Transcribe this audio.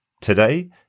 today